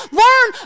learn